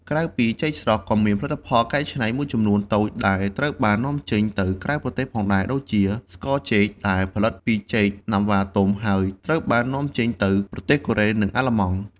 ក្រៅពីចេកស្រស់ ក៏មានផលិតផលកែច្នៃមួយចំនួនតូចដែលត្រូវបាននាំចេញទៅក្រៅប្រទេសផងដែរ ដូចជា ស្ករចេក ដែលផលិតពីចេកណាំវ៉ាទុំ ហើយត្រូវបាននាំចេញទៅប្រទេសកូរ៉េ និងអាល្លឺម៉ង់។